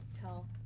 tell